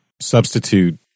substitute